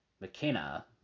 mckenna